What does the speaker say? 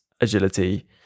agility